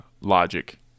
Logic